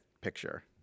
picture